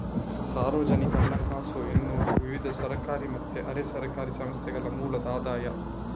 ಸಾರ್ವಜನಿಕ ಹಣಕಾಸು ಎನ್ನುವುದು ವಿವಿಧ ಸರ್ಕಾರಿ ಮತ್ತೆ ಅರೆ ಸರ್ಕಾರಿ ಸಂಸ್ಥೆಗಳ ಮೂಲದ ಆದಾಯ